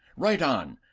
write on,